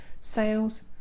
sales